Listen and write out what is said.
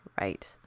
right